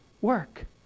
work